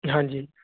ਹਾਂਜੀ